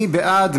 מי בעד?